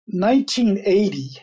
1980